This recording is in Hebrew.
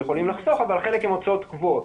יכולים לחסוך אבל חלק הן הוצאות קבועות,